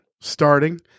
starting